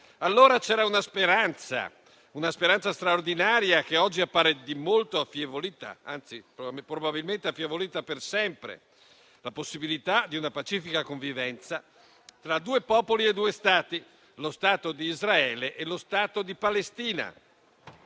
speranza, una speranza straordinaria, che oggi appare di molto affievolita, anzi probabilmente affievolita per sempre: la possibilità di una pacifica convivenza tra due popoli e due Stati, lo Stato di Israele e lo Stato di Palestina.